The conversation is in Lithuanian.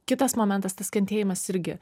kitas momentas tas kentėjimas irgi